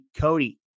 Cody